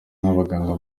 n’abaganga